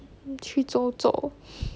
去走走